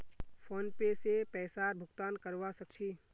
PhonePe से पैसार भुगतान करवा सकछी